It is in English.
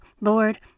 Lord